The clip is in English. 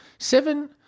Seven